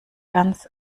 ganz